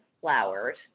flowers